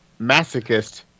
masochist